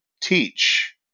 teach